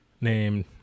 named